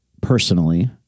personally